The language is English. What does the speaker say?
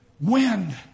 Wind